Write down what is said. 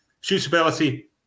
suitability